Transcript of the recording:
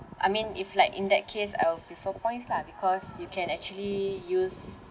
I mean if like in that case I'll prefer points lah because you can actually use